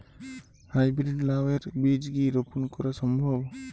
High breed লাও এর বীজ কি রোপন করা সম্ভব?